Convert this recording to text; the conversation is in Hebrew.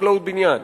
חקלאות ובניין.